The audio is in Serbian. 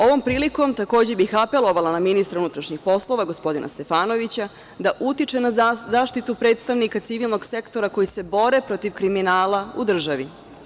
Ovom prilikom takođe bih apelovala na ministra unutrašnjih poslova, gospodina Stefanovića, da utiče na zaštitu predstavnika civilnog sektora koji se bore protiv kriminala u državi.